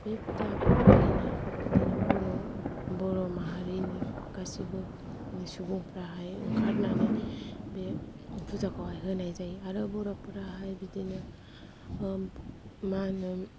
बे फुजा फालिनायावहाय बिदिनो बर' माहारिनि गासिबो सुबुं फोरा ओंखारनानै बे फुजाखौ होनाय जायो आरो बर' फोराहाय बिदिनो मा होनो